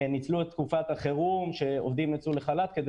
ניצלו את תקופת החירום שעובדים יצאו לחל"ת כדי